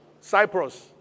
Cyprus